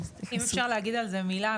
אם אפשר להגיד על זה מילה,